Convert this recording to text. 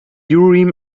urim